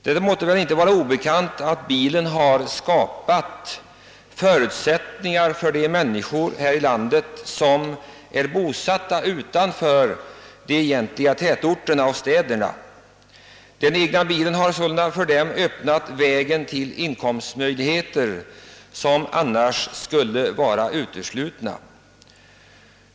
Det torde inte vara obekant att bilen har skapat förutsättningar för de människor här i landet som är bosatta utanför de egentliga tätorterna och städerna; den egna bilen har sålunda för dem öppnat vägen till inkomstmöjligheter som annars skulle varit uteslutna.